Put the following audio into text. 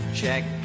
check